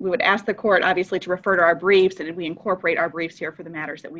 we would ask the court obviously to refer to our brief that if we incorporate our briefs here for the matters that we